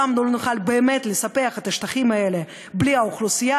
ולעולם לא נוכל באמת לספח את השטחים האלה בלי האוכלוסייה?